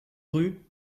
rue